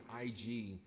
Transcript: IG